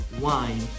wine